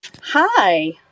Hi